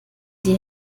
die